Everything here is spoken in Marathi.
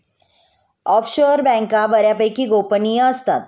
ऑफशोअर बँका बऱ्यापैकी गोपनीय असतात